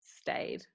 stayed